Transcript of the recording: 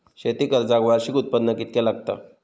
शेती कर्जाक वार्षिक उत्पन्न कितक्या लागता?